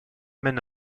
mène